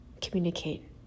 communicate